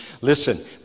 listen